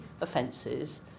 offences